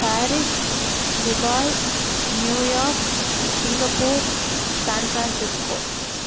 Paris Dubai New York Singapore San Francisco